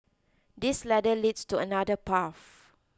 this ladder leads to another path